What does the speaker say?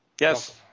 Yes